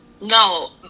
No